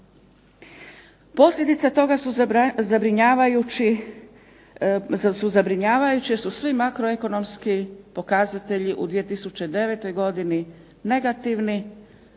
Posljedica toga su zabrinjavajući svi makroekonomski pokazatelji u 2009. godini negativni.